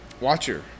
Watcher